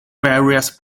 various